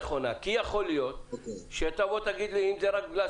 נכון שמכשירים מורים מבית הספר ללמד זאת,